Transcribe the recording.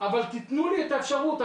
תיתנו לי את האפשרות,